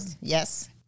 Yes